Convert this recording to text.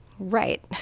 Right